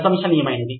ప్రశంసనీయమైనది